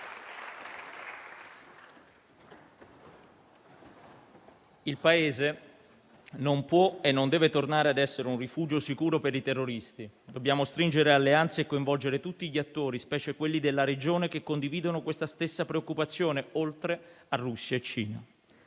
Il Paese non può e non deve tornare a essere un rifugio sicuro per i terroristi. Dobbiamo stringere alleanze e coinvolgere tutti gli attori (specie quelli della regione) che condividono questa stessa preoccupazione, oltre a Russia e Cina.